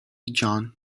john